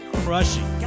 crushing